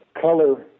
color